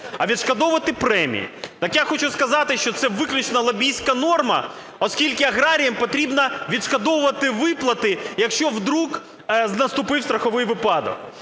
а відшкодовувати премії. Так я хочу сказати, що це виключно лобістська норма, оскільки аграріям потрібно відшкодовувати виплати, якщо раптом наступнв страховий випадок,